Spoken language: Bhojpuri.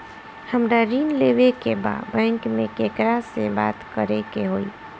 हमरा ऋण लेवे के बा बैंक में केकरा से बात करे के होई?